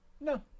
No